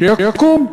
שיקום.